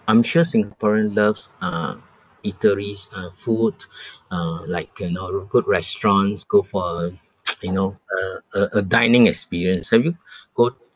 I'm sure singaporean loves uh eateries uh food uh like you know roo~ good restaurants go for a you know a a a dining experience have you go